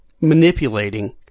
manipulating